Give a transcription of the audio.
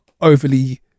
overly